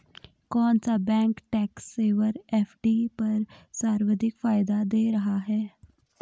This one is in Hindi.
कौन सा बैंक टैक्स सेवर एफ.डी पर सर्वाधिक फायदा दे रहा है?